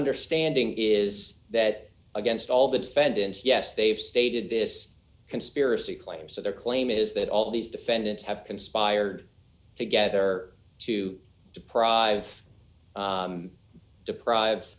understanding is that against all the defendants yes they've stated this conspiracy claim so their claim is that all these defendants have conspired together to deprive